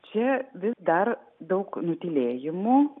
čia vis dar daug nutylėjimų